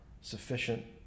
sufficient